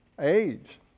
age